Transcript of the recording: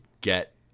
Get